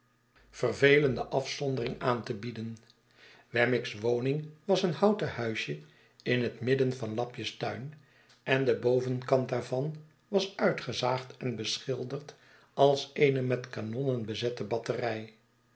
zondering aan te bieden weminick's woning was een ho'uten huisje in het midden van lapjes tuin en de bovenkant daarvan was uitgezaagd en beschilderd als eene met kanonnen bezette batterij